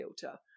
filter